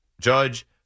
Judge